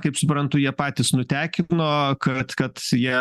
kaip suprantu jie patys nutekino kad kad jie